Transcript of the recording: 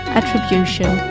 attribution